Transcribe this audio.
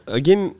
again